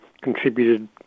contributed